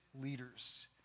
leaders